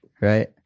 right